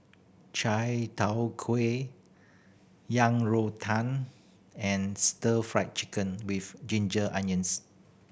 Chai Tow Kuay Yang Rou Tang and Stir Fry Chicken with ginger onions